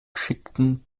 schickten